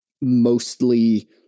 mostly